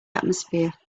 atmosphere